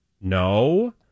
no